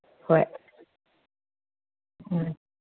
ꯍꯣꯏ ꯎꯝ